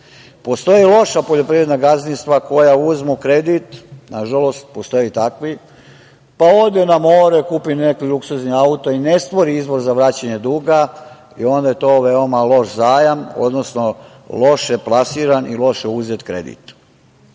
Postoje loša poljoprivredna gazdinstva koja uzmu kredit, nažalost postoje i takvi pa odu na more, kupe neki luksuzni auto i ne stvori izvoz za vraćanje duga. Onda je to veoma loš zajam, odnosno loše plasiran i loše uzet kredit. Mislim